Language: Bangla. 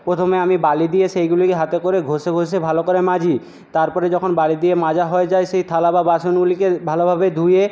প্রথমে আমি বালি দিয়ে সেইগুলিকে হাতে করে ঘষে ঘষে ভালো করে মাজি তারপরে যখন বালি দিয়ে মাজা হয়ে যায় সেই থালা বা বাসনগুলিকে ভালোভাবে ধুয়ে